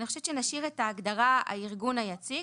אני חושבת שנשאיר את ההגדרה הארגון היציג,